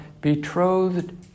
betrothed